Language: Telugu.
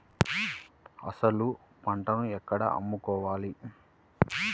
అసలు పంటను ఎక్కడ అమ్ముకోవాలి?